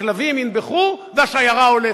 הכלבים ינבחו והשיירה הולכת.